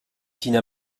tina